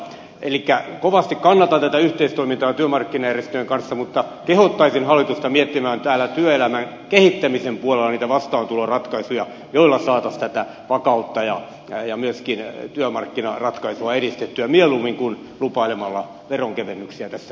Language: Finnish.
elikkä kovasti kannatan tätä yhteistoimintaa työmarkkinajärjestöjen kanssa mutta kehottaisin hallitusta miettimään täällä työelämän kehittämisen puolella niitä vastaantuloratkaisuja joilla saataisiin tätä vakautta ja myöskin työmarkkinaratkaisua edistettyä mieluummin kuin lupailemalla veronkevennyksiä tässä yhteydessä